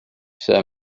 some